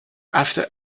after